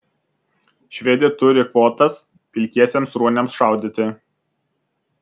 švedija turi kvotas pilkiesiems ruoniams šaudyti